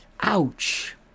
ouch